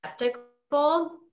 skeptical